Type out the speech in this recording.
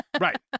Right